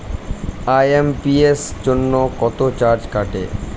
IMPS জন্য কত charge কাটে?